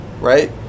right